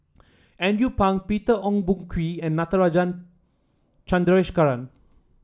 Andrew Phang Peter Ong Boon Kwee and Natarajan Chandrasekaran